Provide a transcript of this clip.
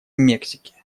мексики